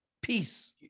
Peace